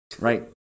right